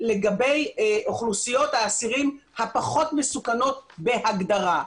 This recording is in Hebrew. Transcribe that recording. לגבי אוכלוסיות האסירים הפחות מסוכנות בהגדרה.